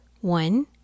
One